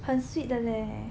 很 sweet 的咧